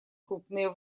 крупные